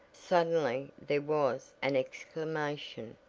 suddenly there was an exclamation.